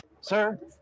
Sir